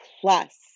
plus